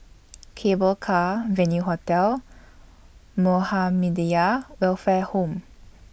Cable Car Venue Hotel Muhammadiyah Welfare Home